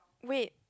wait